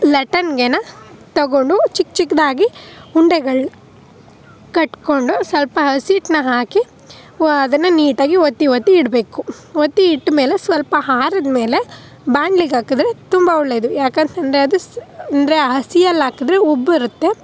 ಲಟ್ಟಣಿಗೆನ ತಗೊಂಡು ಚಿಕ್ಕ ಚಿಕ್ಕದಾಗಿ ಉಂಡೆಗಳು ಕಟ್ಕೊಂಡು ಸ್ವಲ್ಪ ಹಸಿ ಹಿಟ್ನ ಹಾಕಿ ಅದನ್ನು ನೀಟಾಗಿ ಒತ್ತಿ ಒತ್ತಿ ಇಡಬೇಕು ಒತ್ತಿ ಇಟ್ಟಮೇಲೆ ಸ್ವಲ್ಪ ಆರಿದ್ಮೇಲೆ ಬಾಣ್ಲಿಗೆ ಹಾಕಿದ್ರೆ ತುಂಬ ಒಳ್ಳೆಯದು ಏಕೆಂತಂದ್ರೆ ಅದು ಅಂದರೆ ಹಸಿಯಲ್ಲಿ ಹಾಕಿದ್ರೆ ಉಬ್ಬರುತ್ತೆ